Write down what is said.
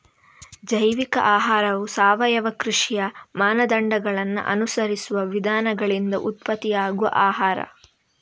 ಜೈವಿಕ ಆಹಾರವು ಸಾವಯವ ಕೃಷಿಯ ಮಾನದಂಡಗಳನ್ನ ಅನುಸರಿಸುವ ವಿಧಾನಗಳಿಂದ ಉತ್ಪತ್ತಿಯಾಗುವ ಆಹಾರ